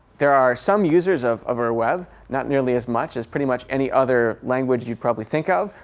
there are some users of of ur web not nearly as much as pretty much any other language you probably think of.